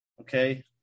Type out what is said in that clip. Okay